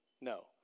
No